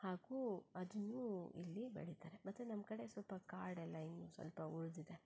ಹಾಗೂ ಅದನ್ನೂ ಇಲ್ಲಿ ಬೆಳೀತಾರೆ ಮತ್ತು ನಮ್ಮ ಕಡೆ ಸ್ವಲ್ಪ ಕಾಡೆಲ್ಲ ಇನ್ನೂ ಸ್ವಲ್ಪ ಉಳಿದಿದೆ